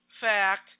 fact